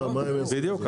בדיוק, בדיוק.